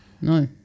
no